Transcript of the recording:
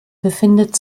befindet